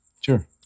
sure